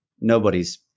nobody's